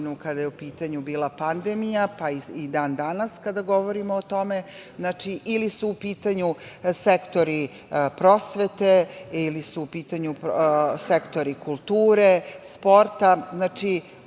kada je u pitanju bila pandemija, pa i dan danas kada govorimo o tome, ili su u pitanju sektori prosvete ili su u pitanju sektori kulture, sporta. Kao